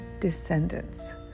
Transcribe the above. descendants